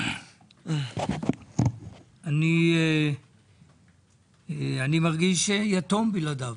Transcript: אני מרגיש יתום בלעדיו.